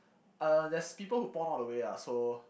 uh there's people who pon all the way ah so